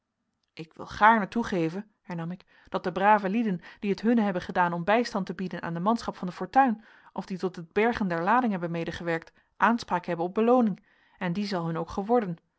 ik wil gaarne toegeven hernam ik dat de brave lieden die het hunne hebben gedaan om bijstand te bieden aan de manschap van de fortuin of die tot het bergen der lading hebben medegewerkt aanspraak hebben op belooning en die zal hun ook geworden